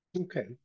okay